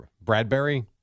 Bradbury